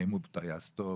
האם הוא טייס טוב,